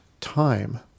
time